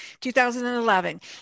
2011